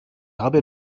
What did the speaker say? habe